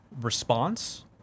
response